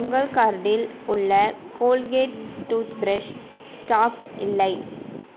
உங்கள் கார்டில் உள்ள கோல்கேட் டூத் ப்ரெஷ் ஸ்டாக் இல்லை